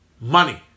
money